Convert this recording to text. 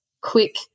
quick